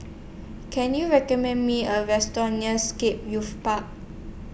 Can YOU recommend Me A Restaurant near Scape Youth Park